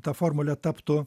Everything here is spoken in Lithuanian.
ta formulė taptų